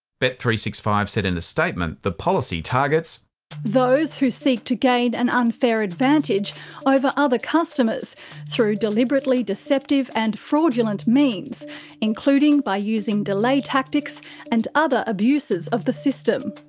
but three six five said in a statement the policy targets actor those who seek to gain an unfair advantage over other customers through deliberately deceptive and fraudulent means including by using delay tactics and other abuses of the system.